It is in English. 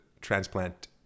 transplant